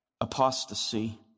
Apostasy